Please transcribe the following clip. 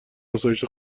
آسایش